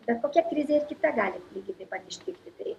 bet kokia krizė ir kita gali lygiai taip pat ištikti tai